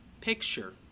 picture